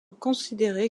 considéré